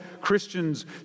Christians